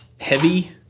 heavy